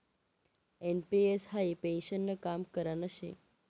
NPS हाई पेन्शननं काम करान शे